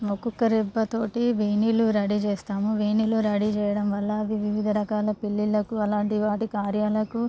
ఒక్కొక్క రెబ్బ తోటి వేనెలు రెడీ చేస్తాము వేనెలు రెడీ చేయడం వల్ల అది వివిధ రకాల పెళ్ళిళ్ళకు అలాంటి వాటి కార్యాలకు